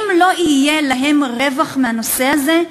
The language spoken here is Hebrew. אם לא יהיה להם רווח מהנושא הזה,